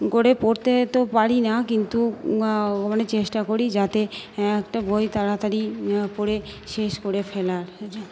করে পড়তে তো পারি না কিন্তু মানে চেষ্টা করি যাতে একটা বই তাড়াতাড়ি পড়ে শেষ করে ফেলা যায়